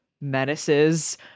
menaces